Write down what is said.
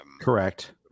Correct